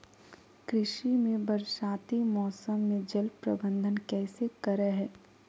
कृषि में बरसाती मौसम में जल प्रबंधन कैसे करे हैय?